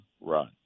run